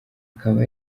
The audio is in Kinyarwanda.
akaba